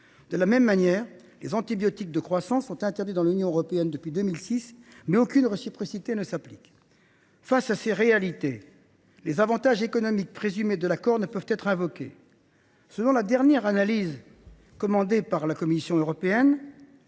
De la même manière, les antibiotiques de croissance sont interdits dans l’Union européenne depuis 2006, mais aucune réciprocité ne s’applique. Face à ces réalités, les avantages économiques présumés de l’accord ne peuvent pas être invoqués. Selon la dernière analyse commandée par la Commission européenne,